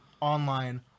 online